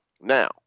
Now